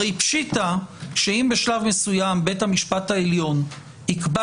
הרי פשיטא שאם בשלב מסוים בית המשפט העליון יקבע